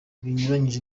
binyuranyije